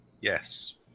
Yes